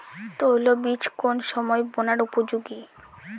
তৈল বীজ কোন সময় বোনার উপযোগী?